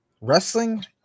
wrestling